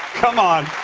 come on,